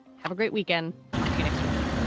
have a great weekend. talk to you next week